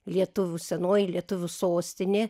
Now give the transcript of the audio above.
lietuvių senoji lietuvių sostinė